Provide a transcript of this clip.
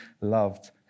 loved